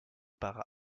par